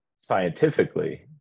scientifically